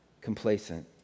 complacent